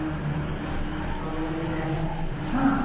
হ'ব তেতিয়াহ'লে নহ্